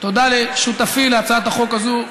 תודה לשותפי להצעת החוק הזו,